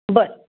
बरं